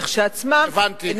כשלעצמם, הבנתי, הבנתי.